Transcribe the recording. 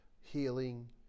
healing